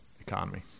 economy